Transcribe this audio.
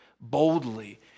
boldly